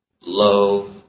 low